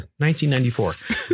1994